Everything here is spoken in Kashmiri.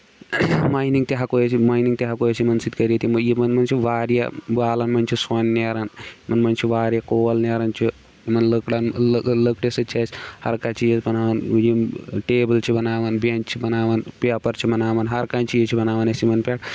مَینِگ تہِ ہٮ۪کو أسۍ مینِگ تہِ ہٮ۪کو أسۍ یِمن سۭتۍ کٔرِتھ یِمن منٛز چھُ واریاہ بالن منٛز چھُ سوٚن نیران یِمن چھُ واریاہ کول نیران چھُ یِمن لٔکرن لٔکرِ سۭتۍ چھِ أسۍ ہر کانٛہہ چیٖز بَناوان یِم ٹیبٕل چھِ بَناوان بینٛچ چھِ بَناوان پیپر چھِ بَناوان ہر کانٛہہ چیٖز چھِ بَناوان أسۍ یِمن پٮ۪ٹھ